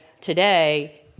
Today